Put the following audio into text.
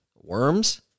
worms